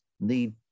need